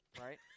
right